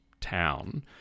town